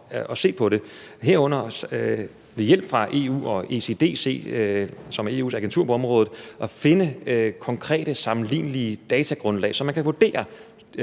igen. Vi er i gang med med hjælp fra EU og ECDC, som er EU's agentur på området, at finde konkrete, sammenlignelige datagrundlag, så man kan vurdere